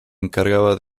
encargaba